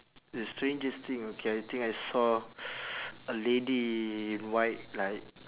the strangest thing okay I think I saw a lady in white like